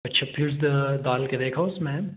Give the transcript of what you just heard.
अच्छा फ्यूज डाल के देखा उसमें